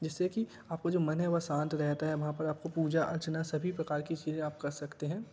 जिससे की आपको जो मन है वह शांत रहता है वहाँ पर आपको पूजा अर्चना सभी प्रकार की चीज़ें आप कर सकते हैं